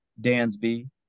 Dansby